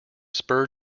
spur